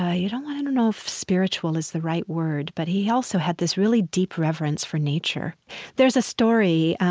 i yeah don't i don't know if spiritual is the right word, but he also had this really deep reverence for nature there's a story.